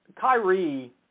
Kyrie